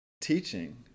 teaching